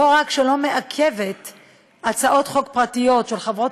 לא רק שלא מעכבת הצעות חוק פרטיות של חברות